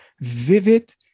vivid